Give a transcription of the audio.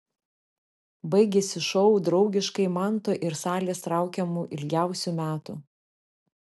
baigėsi šou draugiškai manto ir salės traukiamu ilgiausių metų